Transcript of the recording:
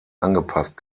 angepasst